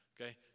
Okay